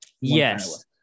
Yes